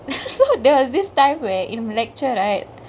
so there was this time where in lecture right